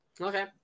Okay